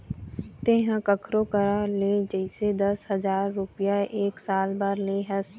तेंहा कखरो करा ले जइसे दस हजार रुपइया एक साल बर ले हस